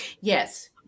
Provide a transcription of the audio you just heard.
Yes